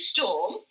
Storm